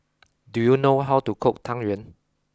do you know how to cook Tang Yuan